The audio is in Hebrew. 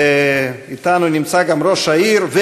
הצעות לסדר-היום מס' 1554,